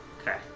Okay